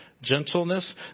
Gentleness